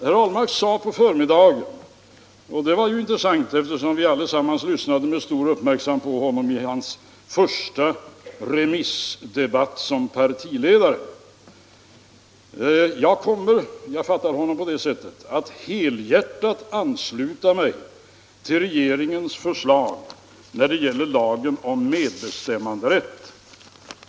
Herr Ahlmark sade på förmiddagen — då vi allesammans lyssnade med stor uppmärksamhet på honom i hans första allmänpolitiska debatt som partiledare — och det var intressant att höra honom, som jag uppfattade det: Jag kommer att helhjärtat ansluta mig till regeringens förslag när det gäller lagen om medbestämmanderätt.